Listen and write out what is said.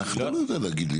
איך אתה לא יודע להגיד לי?